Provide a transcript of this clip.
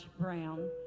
Brown